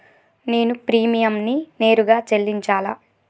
నేను ప్రీమియంని నేరుగా చెల్లించాలా?